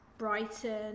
Brighton